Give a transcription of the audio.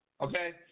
okay